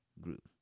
group